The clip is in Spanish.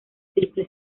triple